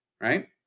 right